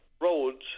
roads